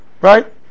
Right